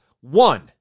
one